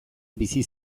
bizi